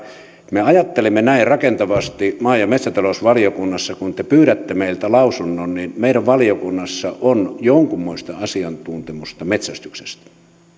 me ajattelemme näin rakentavasti maa ja metsätalousvaliokunnassa te pyydätte meiltä lausunnon meidän valiokunnassa on jonkunmoista asiantuntemusta metsästyksestä